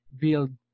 build